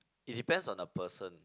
it depends on the person